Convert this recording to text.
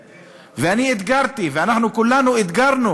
אני אתגרתי וכולנו אתגרו